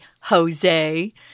Jose